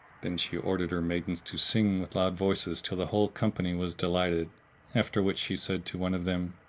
then she ordered her maidens to sing with loud voices till the whole company was delighted after which she said to one of them,